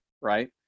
right